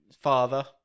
father